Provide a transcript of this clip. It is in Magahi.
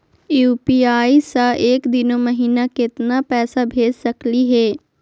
यू.पी.आई स एक दिनो महिना केतना पैसा भेज सकली हे?